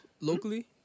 Locally